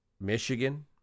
Michigan